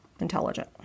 intelligent